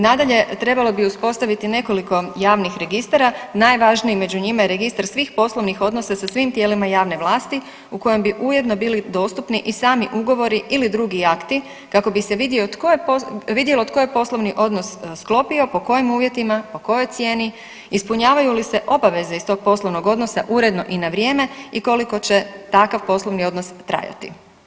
Nadalje, trebalo bi uspostaviti nekoliko javnih registara, najvažniji među njima je registar svih poslovnih odnosa sa svim tijelima javne vlasti u kojem bi ujedno bili dostupni i sami ugovori ili drugi akti kako bi se vidjelo tko je poslovni odnos sklopio, po kojim uvjetima, po kojoj cijeni, ispunjavaju li se obaveze iz tog poslovnog odnosa uredno i na vrijeme i koliko će takav poslovni odnos trajati.